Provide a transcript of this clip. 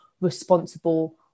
responsible